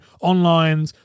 online